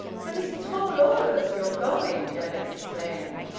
but he's told all of us you are going! janet exclaimed.